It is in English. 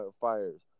fires